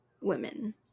women